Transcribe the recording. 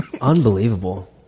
Unbelievable